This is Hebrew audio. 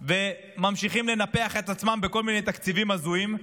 וממשיכים לנפח את עצמם בכל מיני תקציבים הזויים.